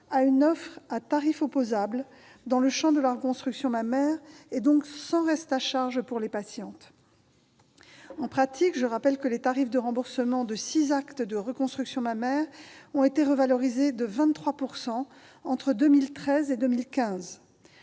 à une offre à tarif opposable dans le champ de la reconstruction mammaire et, donc, sans reste à charge pour les patientes. En pratique, je rappelle que les tarifs de remboursement de six actes de reconstruction mammaire ont été revalorisés de 23 % entre 2013 et 2015.